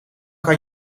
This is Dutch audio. kan